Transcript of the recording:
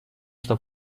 что